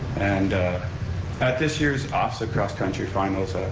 and at this year's ofsaa cross country finals,